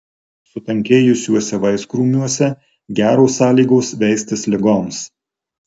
sutankėjusiuose vaiskrūmiuose geros sąlygos veistis ligoms